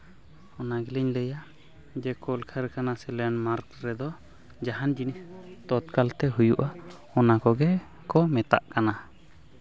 ᱚᱱᱟ ᱜᱮᱞᱤᱧ ᱞᱟᱹᱭᱟ ᱡᱮ ᱠᱚᱞ ᱠᱟᱨᱠᱷᱟᱱᱟ ᱥᱮ ᱞᱮᱱᱰᱢᱟᱨᱠ ᱨᱮᱫᱚ ᱡᱟᱦᱟᱱ ᱡᱤᱱᱤᱥ ᱛᱚᱛᱠᱟᱞ ᱛᱮ ᱦᱩᱭᱩᱜᱼᱟ ᱚᱱᱟ ᱠᱚᱜᱮ ᱠᱚ ᱢᱮᱛᱟᱜ ᱠᱟᱱᱟ